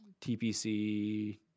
TPC